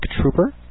Trooper